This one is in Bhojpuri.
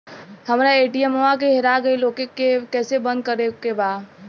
हमरा ए.टी.एम वा हेरा गइल ओ के के कैसे बंद करे के बा?